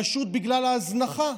פשוט בגלל ההזנחה,